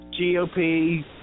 GOP